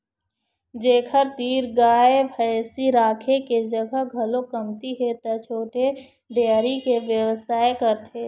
जेखर तीर गाय भइसी राखे के जघा घलोक कमती हे त छोटे डेयरी के बेवसाय करथे